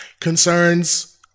Concerns